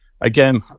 Again